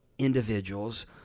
individuals